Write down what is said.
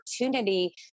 opportunity